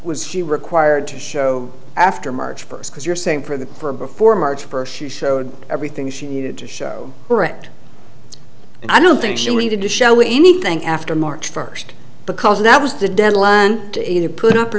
was he required to show after march first because you're saying for the for before march first she showed everything she needed to show for it i don't think she needed to show anything after march first because that was the deadline to either put up or